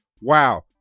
Wow